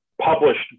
published